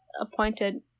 appointed